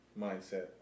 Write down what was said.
mindset